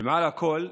מעל הכול,